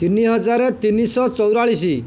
ତିନି ହଜାର ତିନିଶହ ଚଉରାଳିଶି